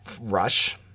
rush